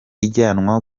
ijyanwa